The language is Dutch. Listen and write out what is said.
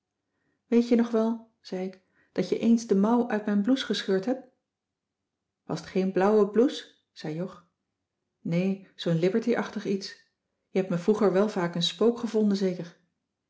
weet je nog wel zei ik dat je eens de mouw uit mijn blouse gescheurd hebt was t geen blauwe blouse zei jog nee zoo'n liberty achtig iets je hebt me vroeger wel vaak een spook gevonden zeker